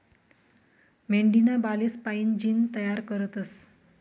मेंढीना बालेस्पाईन जीन तयार करतस